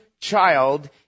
child